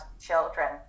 children